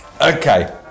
okay